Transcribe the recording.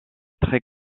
très